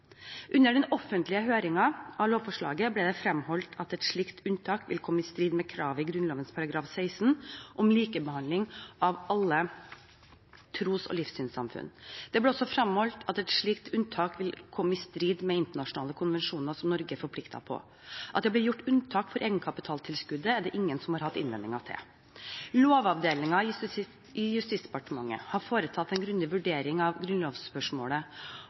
Under den offentlige høringen av lovforslaget ble det fremholdt at et slikt unntak ville komme i strid med kravet i Grunnloven § 16 om likebehandling av alle tros- og livssynssamfunn. Det ble også fremholdt at et slikt unntak vil komme i strid med internasjonale konvensjoner Norge er forpliktet til. At det ble gjort unntak for egenkapitaltilskuddet, er det ingen som har hatt innvendinger mot. Lovavdelingen i Justisdepartementet har foretatt en grundig vurdering av grunnlovsspørsmålet